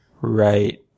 Right